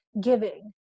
giving